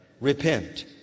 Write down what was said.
Repent